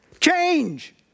Change